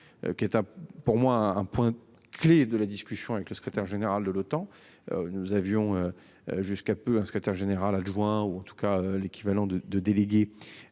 Qui est pour moi un point clé de la discussion avec le secrétaire général de l'OTAN. Nous avions. Jusqu'à peu un secrétaire général adjoint, ou en tout cas l'équivalent de 2 délégués.